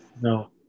no